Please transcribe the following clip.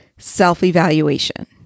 Self-evaluation